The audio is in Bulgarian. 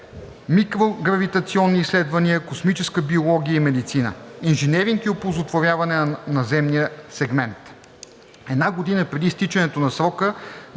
Микрогравитационни изследвания – космическа биология и медицина; - Инженеринг и оползотворяване на наземния сегмент. Една година преди изтичането на срока